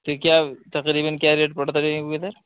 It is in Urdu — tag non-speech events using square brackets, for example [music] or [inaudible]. تو کیا تقریباً کیا ریٹ پڑتا ہے [unintelligible] ادھر